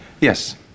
yes